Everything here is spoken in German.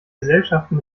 gesellschaften